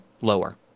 lower